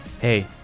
Hey